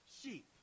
sheep